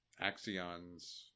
axions